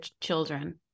children